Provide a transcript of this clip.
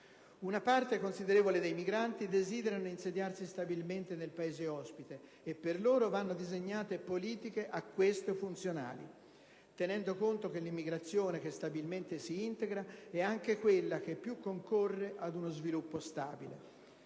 una parte considerevole dei migranti desiderano insediarsi stabilmente nel Paese ospite e per loro vanno disegnate politiche a queste funzionali, tenendo conto che l'immigrazione che stabilmente si integra è anche quella che più concorre ad uno sviluppo stabile.